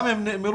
גם אם נאמרו,